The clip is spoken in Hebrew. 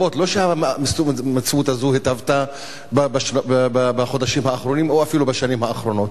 לא שהמציאות הזאת התהוותה בחודשים האחרונים או אפילו בשנים האחרונות.